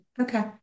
Okay